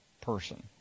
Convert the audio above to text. person